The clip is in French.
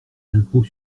l’impôt